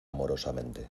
amorosamente